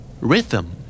Rhythm